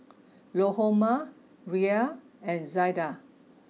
Lahoma Rian and Zelda